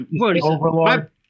Overlord